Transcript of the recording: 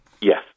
yes